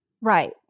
Right